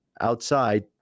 outside